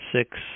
six